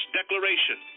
declaration